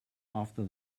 after